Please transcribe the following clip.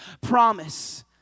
promise